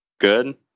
Good